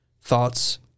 thoughts